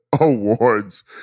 awards